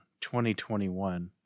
2021